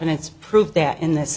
and it's proved that in this